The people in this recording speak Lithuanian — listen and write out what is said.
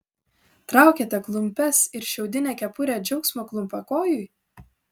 traukiate klumpes ir šiaudinę kepurę džiaugsmo klumpakojui